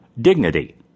Dignity